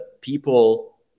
people